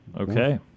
Okay